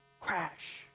crash